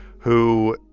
who,